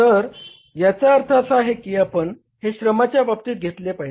तर याचा अर्थ असा आहे की आपण हे श्रमाच्या बाबतीत घेतले पाहिजे